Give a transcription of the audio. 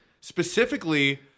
specifically